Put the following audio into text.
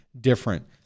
different